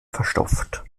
verstopft